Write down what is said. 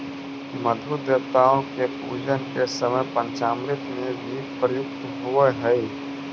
मधु देवताओं के पूजन के समय पंचामृत में भी प्रयुक्त होवअ हई